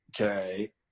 okay